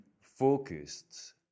focused